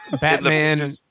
Batman